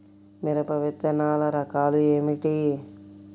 మిరప విత్తనాల రకాలు ఏమిటి?